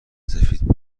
سفید